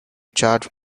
charge